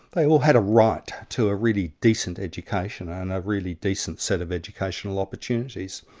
they all had a right to a really decent education, and a really decent set of educational opportunities.